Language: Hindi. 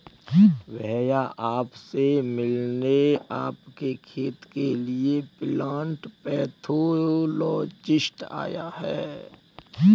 भैया आप से मिलने आपके खेत के लिए प्लांट पैथोलॉजिस्ट आया है